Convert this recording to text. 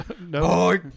No